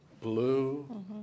Blue